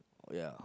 ya